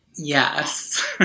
Yes